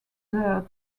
their